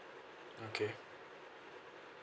okay